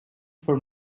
for